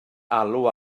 alw